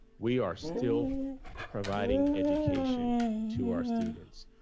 we are still providing education to our students.